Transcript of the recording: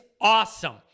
awesome